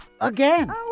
again